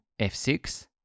F6